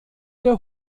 der